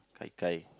Gai-Gai